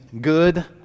good